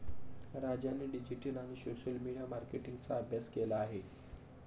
राजाने डिजिटल आणि social media मार्केटिंगचा अभ्यास केला आहे